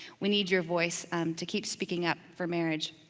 we need your voice to keep speaking up for marriage.